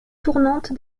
tournante